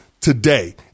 today